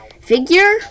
figure